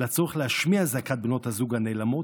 לצורך להשמיע את זעקת בנות הזוג הנאלמות,